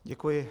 Děkuji.